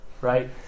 right